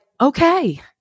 okay